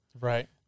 Right